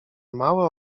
małe